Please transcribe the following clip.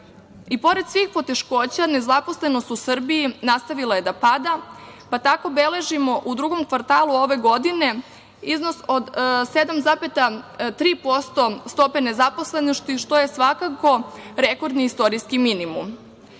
I pored svih poteškoća nezaposlenost u Srbiji je nastavila da pada, pa tako beležimo u drugom kvartalu ove godine iznos od 7,3% stope nezaposlenosti, što je svakako rekorni istorijski minimum.